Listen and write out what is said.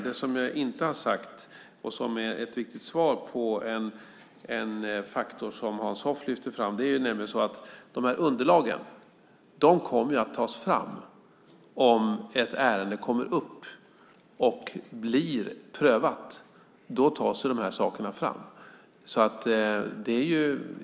Det jag inte har sagt, och det är ett viktigt svar på något som Hans Hoff lyfte fram, är att om ett ärende kommer upp och blir prövat tas de här underlagen fram.